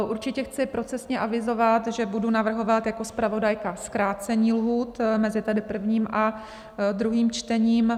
Určitě chci procesně avizovat, že budu navrhovat jako zpravodajka zkrácení lhůt mezi tedy prvním a druhým čtením.